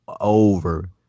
over